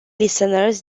listeners